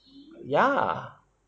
ya